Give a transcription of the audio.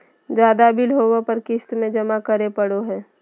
ज्यादा बिल होबो पर क़िस्त में जमा करे पड़ो हइ